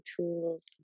tools